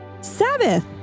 Sabbath